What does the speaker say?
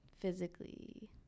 physically